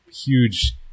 huge